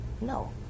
No